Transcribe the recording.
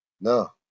No